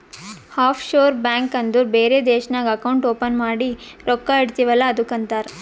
of sure bank ಅಂದುರ್ ಬೇರೆ ದೇಶ್ನಾಗ್ ಅಕೌಂಟ್ ಓಪನ್ ಮಾಡಿ ರೊಕ್ಕಾ ಇಡ್ತಿವ್ ಅಲ್ಲ ಅದ್ದುಕ್ ಅಂತಾರ್